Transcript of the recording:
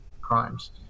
crimes